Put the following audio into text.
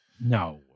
No